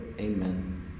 Amen